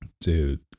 dude